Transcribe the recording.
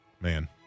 Man